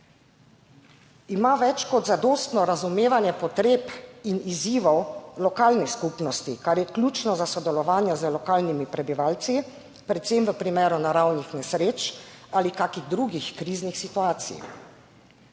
Ima več kot zadostno razumevanje potreb in izzivov lokalne skupnosti, kar je ključno za sodelovanje z lokalnimi prebivalci, predvsem v primeru naravnih nesreč ali kakšnih drugih kriznih situacij.